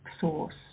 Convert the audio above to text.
source